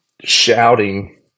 shouting